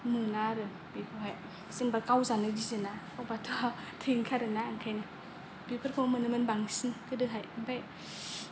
मोना आरो बेखौहाय जेनोबा गावजानो गियोना गावबाथ' थै ओंखारोना ओंखायनो बेफोरखौ मोनोमोन बांसिन गोदोहाय ओमफ्राय